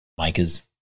makers